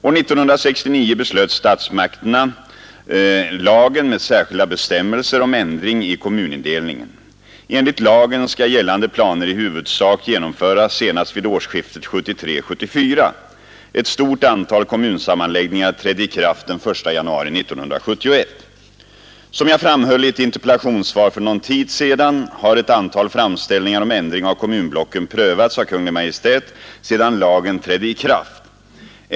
Är 1969 beslöt statsmakterna lagen med särskilda bestämmelser om ändring i kommunindelningen. Enligt lagen skall gällande planer i huvudsak genomföras senast vid årsskiftet 1973—1974. Ett stort antal kommunsammanläggningar trädde i kraft den 1 januari 1971. Som jag framhöll i ett interpellationssvar för någon tid sedan har ett antal framställningar om ändring av kommunblocken prövats av Kungl. Maj:t sedan lagen trädde i kraft.